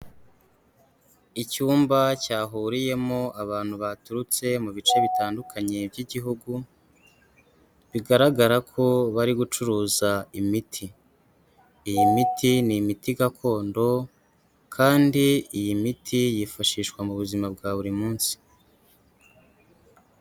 Icyumba cyahuriyemo abantu baturutse mu bice bitandukanye by'igihugu, bigaragara ko bari gucuruza imiti. Iyi miti ni imiti gakondo kandi iyi miti yifashishwa mu buzima bwa buri munsi.